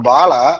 Bala